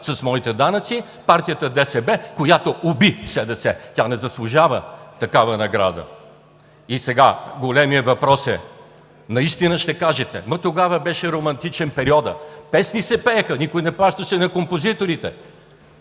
с моите данъци партията ДСБ, която уби СДС! Тя не заслужава такава награда. И сега големият въпрос. Ще кажете: тогава беше романтичен периодът – песни се пееха, никой не плащаше на композиторите,